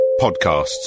podcasts